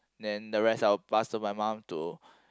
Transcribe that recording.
then the rest I will pass to my mum to